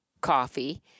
coffee